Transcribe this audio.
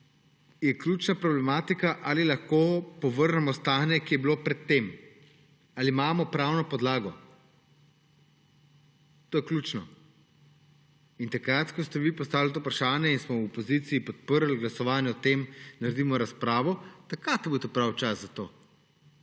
je ključna problematika, ali lahko povrnemo stanje, ki je bilo pred tem. Ali imamo pravno podlago? To je ključno. Takrat, ko ste vi postavili to vprašanje in smo v opoziciji podprli glasovanje o tem, da naredimo razpravo, takrat je bil pravi čas za to.